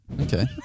Okay